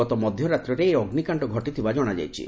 ଗତ ମଧ୍ୟ ରାତ୍ରରେ ଏହି ଅଗ୍ନିକାଣ୍ଡ ଘଟିଥିବା ଜଶାଯାଇଛି